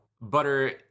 butter